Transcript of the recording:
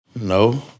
No